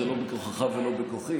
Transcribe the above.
זה לא בכוחך ולא בכוחי,